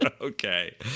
Okay